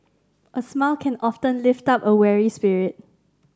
a smile can often lift up a weary spirit